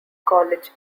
college